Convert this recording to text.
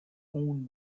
owned